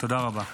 תודה רבה.